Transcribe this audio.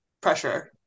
pressure